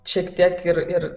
šiek tiek ir ir